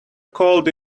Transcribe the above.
cold